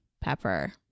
pepper